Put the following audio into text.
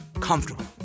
comfortable